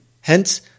hence